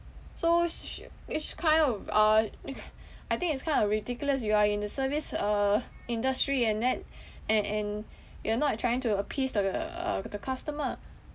so it's kind of uh I think it's kind of ridiculous you are in the service uh industry and yet and and you're not trying to appease the uh the customer